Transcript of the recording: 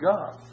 God